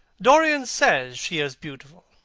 dorian says she is beautiful,